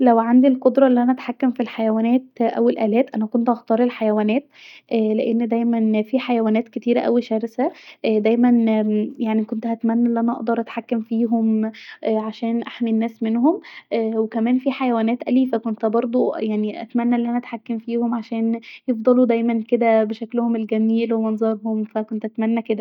لو عندي القدره ف ان انا اتحكم في الحيوانات أو الآلات انا كنت هختار الحيوانات لأن دايما في حيوانات كتيره اوي شرسة دايما كنت هتمني أن انا اقدر اتحكم فيهم عشان أحمي الناس منهم وكمان في حيوانات اليفه كنت بردو اتمني ان انا اتحكم فيها عشان يفضلوا دايما كدا بشكلهم الجميل ومنظرهم ف كنت اتمني كدا